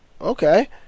Okay